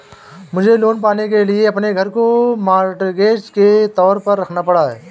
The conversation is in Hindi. मुझे लोन पाने के लिए अपने घर को मॉर्टगेज के तौर पर रखना पड़ा